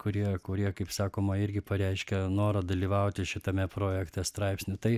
kurie kurie kaip sakoma irgi pareiškė norą dalyvauti šitame projekte straipsnių tai